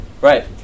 right